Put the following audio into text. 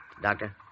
Doctor